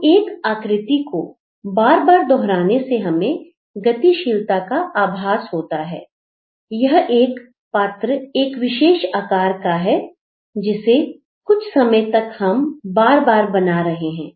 तो एक आकृति को बार बार दोहराने से हमें गतिशीलता का आभास होता है यह एक पात्र एक विशेष आकार का है जिसे कुछ समय तक हम बार बार बना रहे हैं